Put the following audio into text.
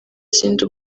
sindi